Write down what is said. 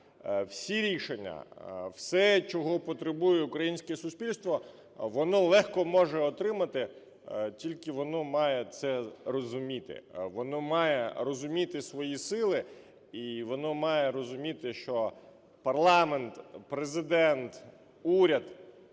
Всі рішення, все, чого потребує українське суспільство, воно легко може отримати, тільки воно має це розуміти. Воно має розуміти свої сили. І воно має розуміти, що парламент, Президент, уряд